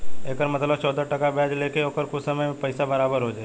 एकर मतलब चौदह टका ब्याज ले के ओकर कुछ समय मे पइसा बराबर हो जाई